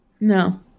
No